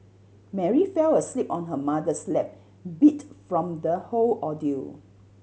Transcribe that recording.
Mary fell asleep on her mother's lap beat from the whole ordeal